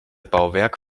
bauwerk